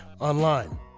online